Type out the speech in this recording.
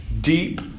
deep